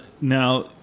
Now